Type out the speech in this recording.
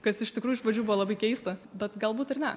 kas iš tikrųjų iš pradžių buvo labai keista bet galbūt ir ne